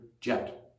jet